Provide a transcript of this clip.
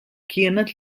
kienet